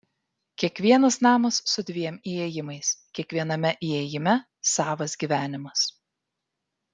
kiekvienas namas su dviem įėjimais kiekviename įėjime savas gyvenimas